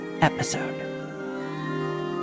episode